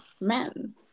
men